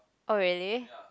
oh really